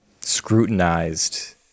scrutinized